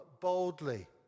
boldly